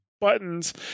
buttons